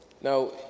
Now